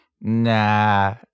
nah